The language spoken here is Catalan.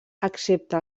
excepte